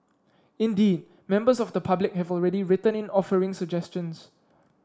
indeed members of the public have already written in offering suggestions